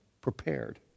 prepared